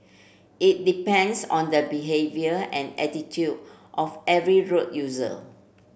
it depends on the behaviour and attitude of every road user